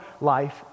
life